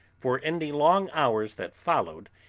for in the long hours that followed,